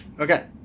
Okay